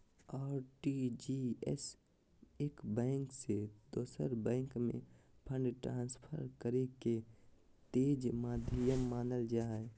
RTGS एक bank से दोसर बैंक में फंड ट्रांसफर करे के तेज माध्यम मानल जा हय